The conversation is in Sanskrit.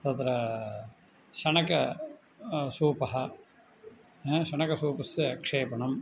तत्र चणक सूपः हा चणकसूपस्य क्षेपणम्